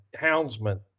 houndsman